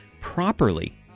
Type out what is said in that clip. properly